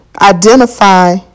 identify